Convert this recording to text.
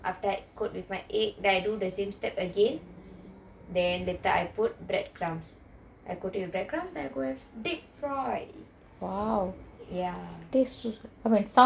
after I coat with my egg then I do the same step again then later I put breadcrumb I coat it with breadcrumb that I go and deep fry ya